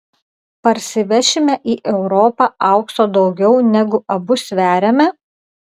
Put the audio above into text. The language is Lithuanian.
parsivešime į europą aukso daugiau negu abu sveriame